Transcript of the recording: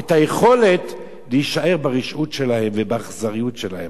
את היכולת להישאר ברשעות שלהם ובאכזריות שלהם.